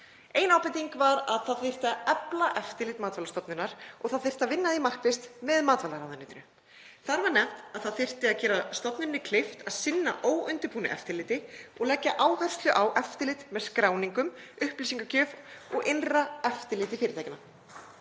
Ein ábending var um að það þyrfti að efla eftirlit Matvælastofnunar og það þyrfti að vinna að því markvisst með matvælaráðuneytinu. Þar var nefnt að það þyrfti að gera stofnuninni kleift að sinna óundirbúnu eftirliti og leggja áherslu á eftirlit með skráningum, upplýsingagjöf og innra eftirliti fyrirtækjanna.